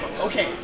Okay